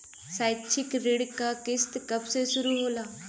शैक्षिक ऋण क किस्त कब से शुरू होला?